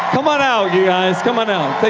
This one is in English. come on out, you guys, come on out,